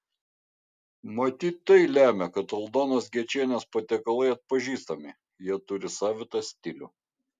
matyt tai lemia kad aldonos gečienės patiekalai atpažįstami jie turi savitą stilių